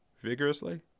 vigorously